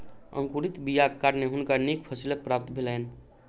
अंकुरित बीयाक कारणें हुनका नीक फसीलक प्राप्ति भेलैन